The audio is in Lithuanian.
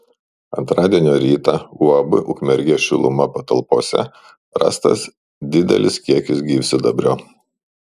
antradienio rytą uab ukmergės šiluma patalpose rastas didelis kiekis gyvsidabrio